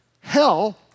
hell